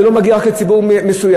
זה לא מגיע רק לציבור מסוים,